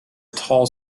tall